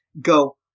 go